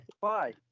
Bye